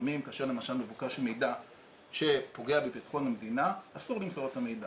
לפעמים כאשר למשל מבוקש מידע שפוגע בבטחון המדינה אסור למסור את המידע.